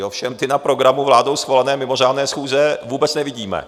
Ovšem ty na programu vládou schválené mimořádné schůze vůbec nevidíme.